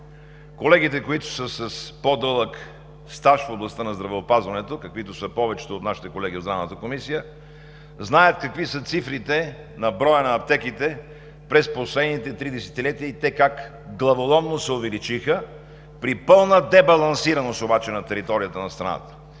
колегите, които са с по-дълъг стаж в областта на здравеопазването, каквито са повечето от нашите колеги в Здравната комисия, знаят какви са цифрите на броя на аптеките през последните три десетилетия и как те главоломно се увеличиха, но при пълна дебалансираност на територията на страната.